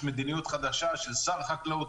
יש מדיניות חדשה של שר חקלאות,